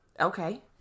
Okay